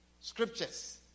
Scriptures